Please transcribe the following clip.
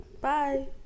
Bye